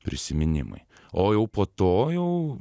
prisiminimai o jau po to jau